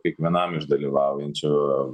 kiekvienam iš dalyvaujančių